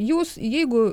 jūs jeigu